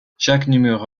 chaque